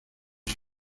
sus